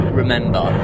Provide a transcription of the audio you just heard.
remember